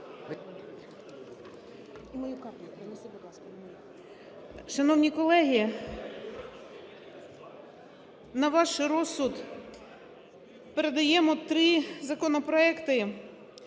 Шановні колеги, на ваш розсуд передаємо три законопроекти: